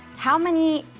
how many,